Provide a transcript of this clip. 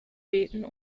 beten